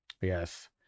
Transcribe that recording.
Yes